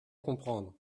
comprendre